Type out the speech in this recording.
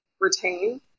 retain